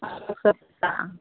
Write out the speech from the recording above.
सए